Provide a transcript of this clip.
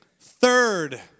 Third